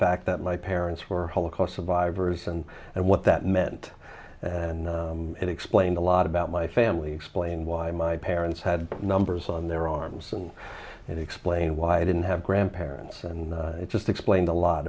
fact that my parents were holocaust survivors and and what that meant and it explained a lot about my family explain why my parents had numbers on their arms and and explain why i didn't have grandparents and it just explained a lot